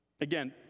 Again